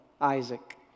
Isaac